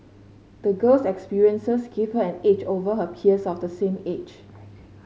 the girl's experiences gave her an edge over her peers of the same age